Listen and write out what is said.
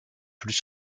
plus